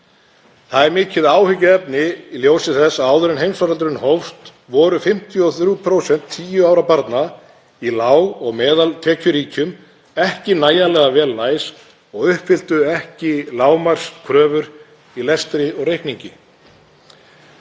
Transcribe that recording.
Það er mikið áhyggjuefni í ljósi þess að áður en heimsfaraldurinn hófst voru 53% tíu ára barna í lág- og meðaltekjuríkjum ekki nægjanlega vel læs og uppfylltu ekki lágmarkskröfur í lestri og reikningi.